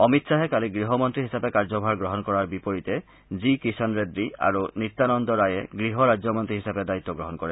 অমিত শ্বাহে কালি গৃহ মন্ত্ৰী হিচাপে কাৰ্যভাৰ গ্ৰহণ কৰাৰ বিপৰীতে জি কিষন ৰেড্ডি আৰু নিত্যানন্দ ৰায়ে গৃহ ৰাজ্যমন্ত্ৰী হিচাপে দায়িত্ব গ্ৰহণ কৰে